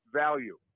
value